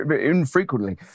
infrequently